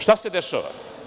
Šta se dešava?